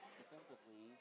defensively